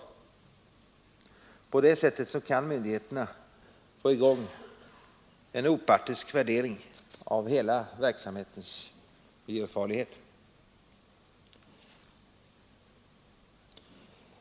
På det sättet kan myndigheterna få i gång en opartisk värdering av hela verksamhetens miljöfarlighet.